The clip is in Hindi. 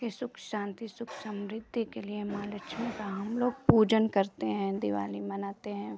के सुख शांति सुख समृद्धि के लिए माँ लक्ष्मी का हम लोग पूजन करते हैं दिवाली मनाते हैं